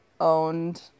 owned –